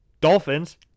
Dolphins